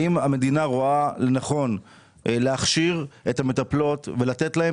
האם המדינה רואה לנכון להכשיר את המטפלות ולתת להן